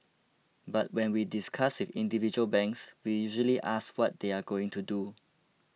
but when we discuss with individual banks we usually ask what they are going to do